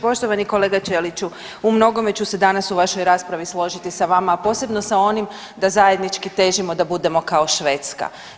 Poštovani kolega Ćeliću u mnogome ću se danas u vašoj raspravi složiti sa vama, a posebno sa onim da zajednički težimo da budemo kao Švedska.